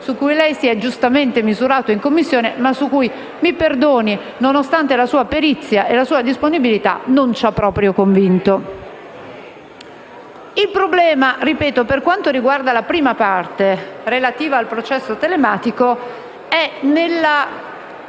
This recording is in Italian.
Migliore si è giustamente misurato in Commissione, ma su cui, mi perdoni, nonostante la sua perizia e la sua disponibilità, non ci ha proprio convinto. Il problema, per quanto riguarda la prima parte, relativa al processo telematico, è